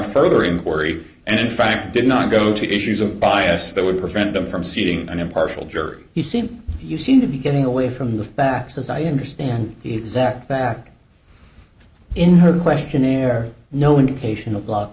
further inquiry and in fact did not go to issues of bias that would prevent them from seating an impartial jury he seemed you seem to be getting away from the facts as i understand exact back in her questionnaire no indication of lock